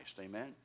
Amen